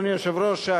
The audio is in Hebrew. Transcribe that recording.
אדוני היושב-ראש,